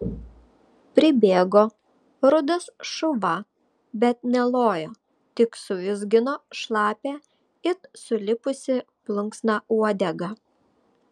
pribėgo rudas šuva bet nelojo tik suvizgino šlapią it sulipusi plunksna uodegą